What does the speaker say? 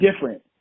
different